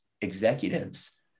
executives